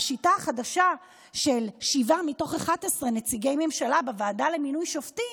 בשיטה חדשה של 7 מתוך 11 נציגי ממשלה בוועדה למינוי שופטים,